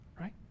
right